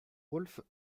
wolf